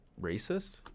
racist